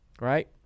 right